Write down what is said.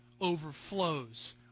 overflows